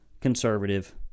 conservative